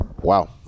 Wow